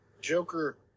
Joker